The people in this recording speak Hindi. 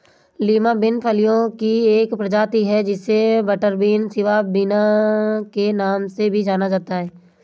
लीमा बिन फलियों की एक प्रजाति है जिसे बटरबीन, सिवा बिन के नाम से भी जाना जाता है